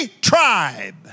tribe